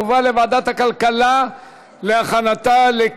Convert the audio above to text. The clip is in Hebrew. לוועדת הכלכלה נתקבלה.